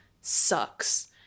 sucks